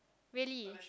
really